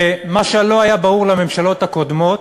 ומה שלא היה ברור לממשלות הקודמות